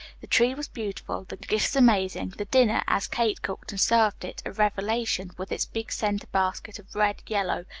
the tree was beautiful, the gifts amazing, the dinner, as kate cooked and served it, a revelation, with its big centre basket of red, yellow,